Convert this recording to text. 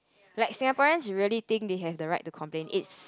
like Singaporeans really think they have the right to complain it's